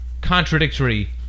contradictory